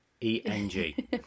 E-N-G